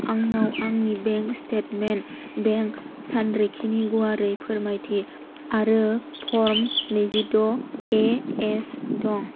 आंनाव आंनि bank statement bank सानरिखिनि गुवारै फोरमायथि आरो फर्म नैजिद' एएस दं